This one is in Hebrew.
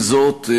עם זאת,